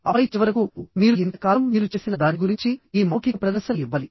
ఆపై చివరకు మీరు ఇంత కాలం మీరు చేసిన దాని గురించి ఈ మౌఖిక ప్రదర్శన ఇవ్వాలి